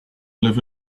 live